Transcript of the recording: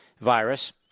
virus